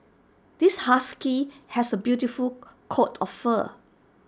this husky has A beautiful coat of fur